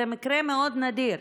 זה מקרה מאוד נדיר.